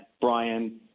Brian